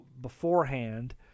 beforehand